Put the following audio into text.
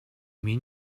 mean